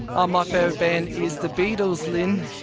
ah my favourite band is the beatles, lynne.